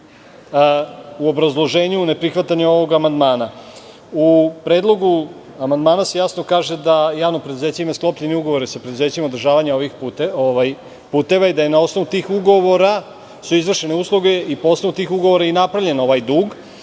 u obrazloženju neprihvatanje ovog amandmana.U predlogu amandmana se jasno kaže da javno preduzeće ima sklopljene ugovore sa preduzećima održavanja ovih puteva i da na osnovu tih ugovora su izvršene usluge i po osnovu tih ugovora je i napravljen ovaj dug,